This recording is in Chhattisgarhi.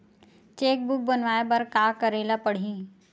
चेक बुक बनवाय बर का करे ल पड़हि?